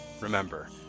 remember